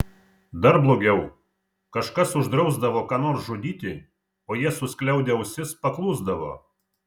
dar blogiau kažkas uždrausdavo ką nors žudyti o jie suskliaudę ausis paklusdavo